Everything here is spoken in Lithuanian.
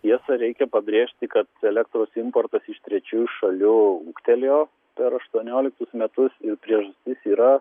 tiesa reikia pabrėžti kad elektros importas iš trečiųjų šalių ūgtelėjo per aštuonioliktus metus ir priežastis yra